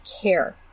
care